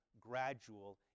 gradual